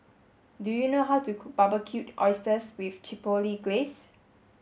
do you know how to cook Barbecued Oysters with Chipotle Glaze